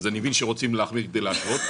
ואני מבין שרוצים להחמיר כדי להשוות,